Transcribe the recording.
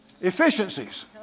efficiencies